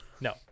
No